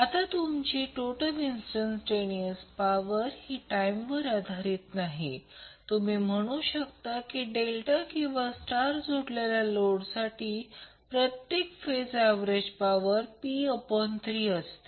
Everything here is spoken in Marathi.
आता तुमची टोटल इंस्टंटटेनियर्स पॉवर ही टाईमवर आधारित नाही तुम्ही म्हणू शकता की डेल्टा किंवा स्टार जोडलेल्या लोडसाठी प्रत्येक फेज एव्हरेज पॉवर p3 असते